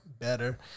better